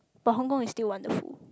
but Hong-Kong is still wonderful